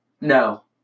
No